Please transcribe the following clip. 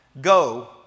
go